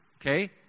okay